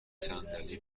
صندلی